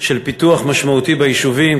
של פיתוח משמעותי ביישובים,